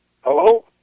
hello